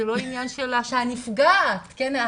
זה לא עניין שלה.." הנפגעת, כן?